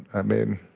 i mean,